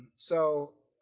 so